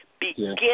begin